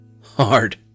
hard